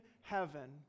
heaven